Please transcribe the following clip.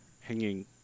hanging